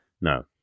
No